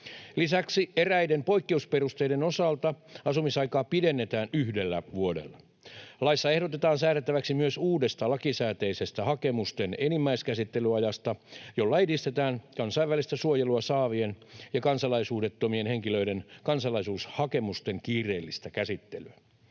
Lisäksi eräiden poikkeusperusteiden osalta asumisaikaa pidennetään yhdellä vuodella. Laissa ehdotetaan säädettäväksi myös uudesta lakisääteisestä hakemusten enimmäiskäsittelyajasta, jolla edistetään kansainvälistä suojelua saavien ja kansalaisuudettomien henkilöiden kansalaisuushakemusten kiireellistä käsittelyä.